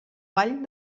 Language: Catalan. ball